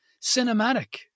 cinematic